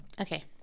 Okay